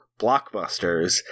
blockbusters